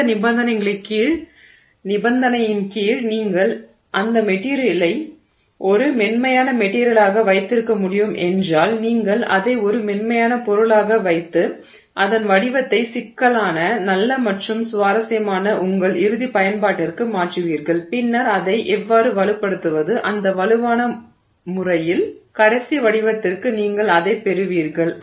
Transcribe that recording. எந்த நிபந்தனையின் கீழ் நீங்கள் அந்த மெட்டிரியலை ஒரு மென்மையான மெட்டிரியலாக வைத்திருக்க முடியும் என்றால் நீங்கள் அதை ஒரு மென்மையான பொருளாக வைத்து அதன் வடிவத்தை சிக்கலான நல்ல மற்றும் சுவாரசியமான உங்கள் இறுதி பயன்பாட்டிற்கு மாற்றுவீர்கள் பின்னர் அதை எவ்வாறு வலுப்படுத்துவது அந்த வலுவான முறையில் கடைசி வடிவத்திற்கு நீங்கள் அதைப் பெறுவீர்கள்